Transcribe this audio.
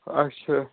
اَچھا